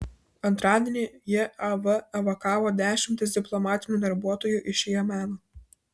antradienį jav evakavo dešimtis diplomatinių darbuotojų iš jemeno